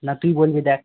না তুই বলবি দেখ